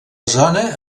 zona